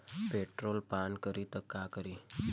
Petrol पान करी त का करी?